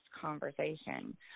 conversation